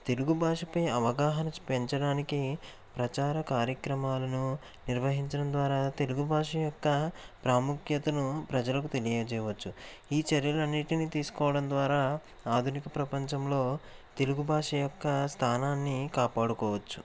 తెలుగు భాషపై అవగాహన పెంచడానికి ప్రచార కార్యక్రమాలను నిర్వహించడం ద్వారా తెలుగు భాష యొక్క ప్రాముఖ్యతను ప్రజలకు తెలియజేయవచ్చు ఈ చర్యలన్నిటిని తీసుకోవడం ద్వారా ఆధునిక ప్రపంచంలో తెలుగు భాష యొక్క స్థానాన్ని కాపాడుకోవచ్చు